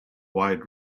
wide